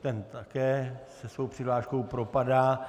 Ten také se svou přihláškou propadá.